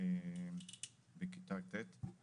בכיתה ט'